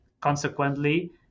consequently